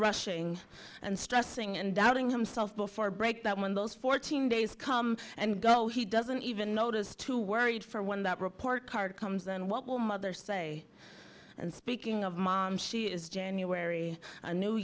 rushing and stressing and doubting himself before break that when those fourteen days come and go he doesn't even notice to worried for one that report card comes and what will mother say and speaking of mom she is january a new